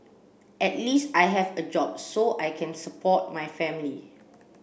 at least I have a job so I can support my family